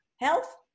health